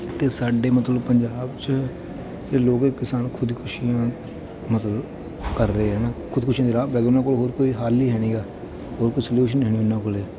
ਅਤੇ ਸਾਡੇ ਮਤਲਬ ਪੰਜਾਬ 'ਚ ਕਿ ਲੋਕ ਕਿਸਾਨ ਖੁਦਕੁਸ਼ੀਆਂ ਮਤਲਬ ਕਰ ਰਹੇ ਹਨ ਖੁਦਕੁਸ਼ੀਆਂ ਦੇ ਰਾਹ ਪੈ ਕੇ ਉਹਨਾਂ ਕੋਲ ਹੋਰ ਕੋਈ ਹੱਲ ਹੀ ਹੈ ਨਹੀਂ ਗਾ ਹੋਰ ਕੁਛ ਸਲਿਉਸ਼ਨ ਹੈ ਨਹੀਂ ਉਹਨਾਂ ਕੋਲ